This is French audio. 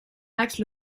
acte